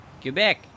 Quebec